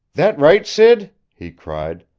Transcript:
that right, sid? he cried,